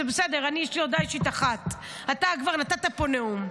יש לי הודעה אישית אחת, אתה כבר נתת פה נאום.